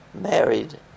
married